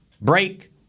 break